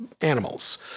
animals